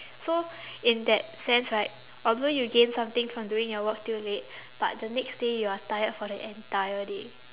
so in that sense right although you gain something from doing your work till late but the next day you're tired for the entire day